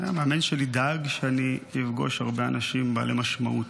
המאמן שלי דאג שאני אפגוש הרבה אנשים בעלי משמעות.